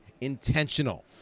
intentional